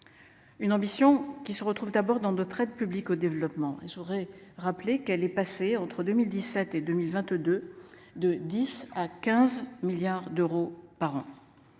Une ambition qui se retrouve d'abord dans d'aides publique au développement et je voudrais rappeler qu'elle est passée entre 2017 et 2022. De 10 à 15 milliards d'euros par an.